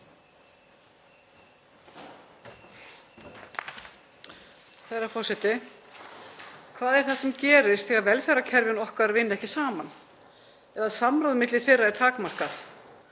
Herra forseti. Hvað er það sem gerist þegar velferðarkerfin okkar vinna ekki saman eða samráð milli þeirra er takmarkað?